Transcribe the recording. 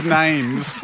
names